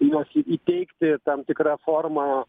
juos į įteikti tam tikra forma